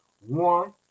one